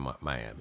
Miami